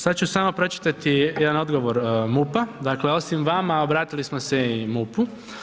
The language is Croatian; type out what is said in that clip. Sad ću samo pročitati jedan odgovor MUP-a, dakle, osim vama obratili smo se i MUP-u.